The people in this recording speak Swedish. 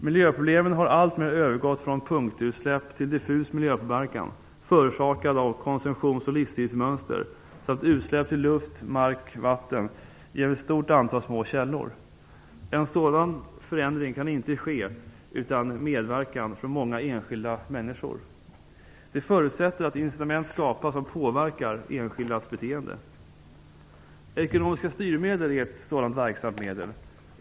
Miljöproblemen har alltmer övergått från punktutsläpp till diffus miljöpåverkan förorsakad av konsumtionsoch livsmönster samt utsläpp till luft, mark och vatten genom ett stort antal små källor. En förändring kan inte ske utan medverkan från många enskilda människor. Det förutsätter att incitament skapas som påverkar enskildas beteende. Ekonomiska styrmedel är ett sådant verksamt medel.